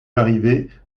arrivait